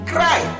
Cry